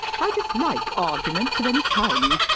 i dislike arguments of any kind.